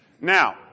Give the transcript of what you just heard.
Now